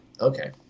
okay